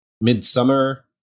Midsummer